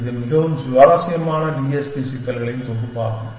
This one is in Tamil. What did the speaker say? இது மிகவும் சுவாரஸ்யமான TSP சிக்கல்களின் தொகுப்பாகும்